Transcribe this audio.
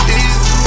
easy